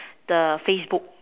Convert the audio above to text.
the Facebook